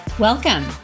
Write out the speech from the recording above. Welcome